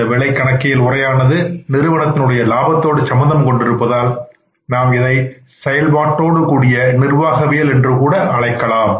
இந்த விலை கணக்கியல் உரையானது தெளிவாக நிறுவனத்தில் உடைய லாபத்தோடு சம்பந்தம் கொண்டிருப்பதால் நாம் இதை செயல்பாட்டோடுகூடிய நிர்வாகவியல் என்று அழைக்கலாம்